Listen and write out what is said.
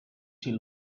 till